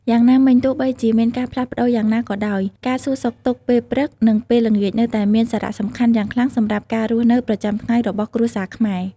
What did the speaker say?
យ៉ាងណាមិញ ទោះបីជាមានការផ្លាស់ប្តូរយ៉ាងណាក៏ដោយ ការសួរសុខទុក្ខពេលព្រឹក និងពេលល្ងាចនៅតែមានសារៈសំខាន់យ៉ាងខ្លាំងសម្រាប់ការរស់នៅប្រចាំថ្ងៃរបស់គ្រួសារខ្មែរ។